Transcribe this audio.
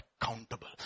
accountable